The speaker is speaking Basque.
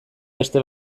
beste